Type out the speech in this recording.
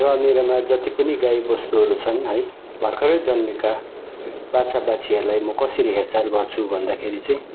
र मेरोमा जत्ति पनि गाईबस्तुहरू छन् है भर्खरै जन्मेका बाछाबाछीहरूलाई म कसरी हेरचाह गर्छु भन्दाखेरि चाहिँ